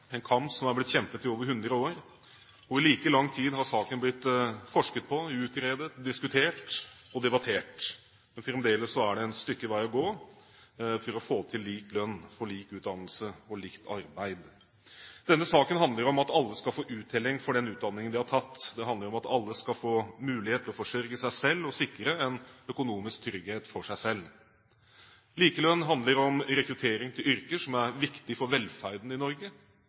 en kamp som er blitt kjempet i over 100 år. I like lang tid har saken blitt forsket på, utredet, diskutert og debattert. Fremdeles er det et stykke vei å gå for å få til lik lønn for lik utdannelse og likt arbeid. Denne saken handler om at alle skal få uttelling for den utdanningen de har tatt. Det handler om at alle skal få mulighet til å forsørge seg selv og sikre en økonomisk trygghet for seg selv. Likelønn handler om rekruttering til yrker som er viktige for velferden i Norge.